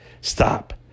stop